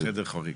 חדר חריג.